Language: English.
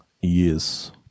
Yes